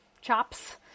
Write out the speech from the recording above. chops